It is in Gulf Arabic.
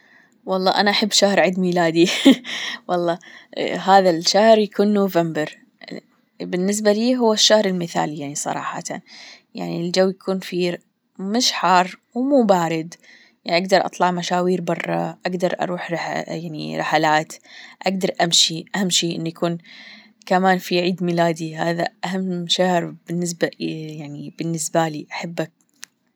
والله أنا أحب شهر عيد ميلادي والله هذا الشهر يكون نوفمبر بالنسبة لي هو الشهر المثالي يعني صراحة يعني الجو يكون فيه مش حار ومو بارد يعني أجدر أطلع مشاوير برا أجدر أروح يعني رحلات أجدر أمشي أمشي اني أكون كمان في عيد ميلادي هذا أهم شهر بالنسبة يعني بالنسبة لي بحبه.